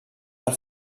del